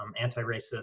anti-racist